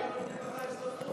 דווקא אנחנו נותנים לך הזדמנות.